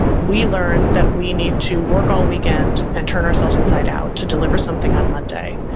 we learned that we need to work all weekend and turn ourselves inside out to deliver something on monday.